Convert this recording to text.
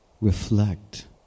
reflect